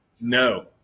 No